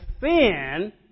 sin